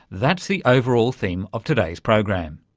that's the overall theme of today's program.